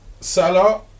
Salah